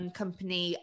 company